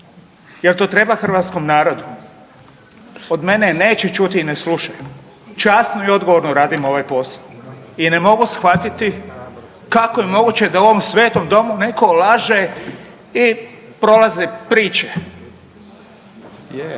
Je l' to treba hrvatskom narodu? Od mene neće čuti i ne slušaju. Časno i odgovorno radim ovaj posao i ne mogu shvatiti kako je moguće da u ovom svetom Domu netko laže i prolaze priče.